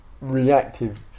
reactive